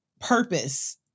purpose